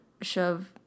shove